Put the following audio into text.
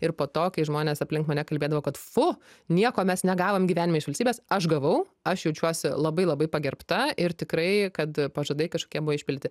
ir po to kai žmonės aplink mane kalbėdavo kad fu nieko mes negavom gyvenime iš valstybės aš gavau aš jaučiuosi labai labai pagerbta ir tikrai kad pažadai kažkokie buvo išpilti